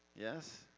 Yes